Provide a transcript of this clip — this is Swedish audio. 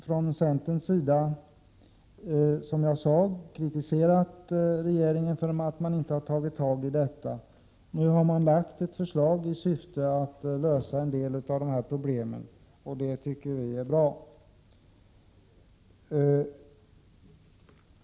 Från centerns sida har vi kritiserat regeringen för att den inte har tagit tag i den här frågan. Nu har den lagt fram ett förslag i syfte att lösa en del av dessa problem, och det tycker vi är bra.